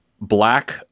black